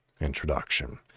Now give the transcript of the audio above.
introduction